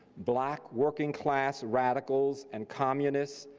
black working class radicals and communists,